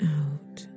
out